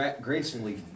gracefully